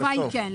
התשובה היא כן.